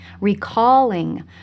recalling